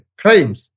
crimes